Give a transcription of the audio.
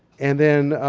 and then,